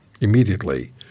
immediately